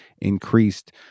increased